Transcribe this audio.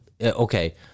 Okay